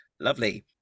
Lovely